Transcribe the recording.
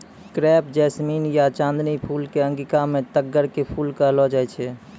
crepe jasmine या चांदनी फूल कॅ अंगिका मॅ तग्गड़ के फूल कहलो जाय छै